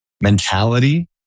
mentality